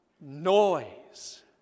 noise